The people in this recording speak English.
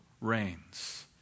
reigns